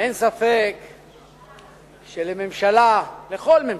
אין ספק שלממשלה, לכל ממשלה,